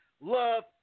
love